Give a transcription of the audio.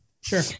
sure